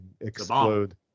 explode